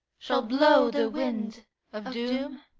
shall blow the wind of doom?